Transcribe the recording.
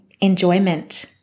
enjoyment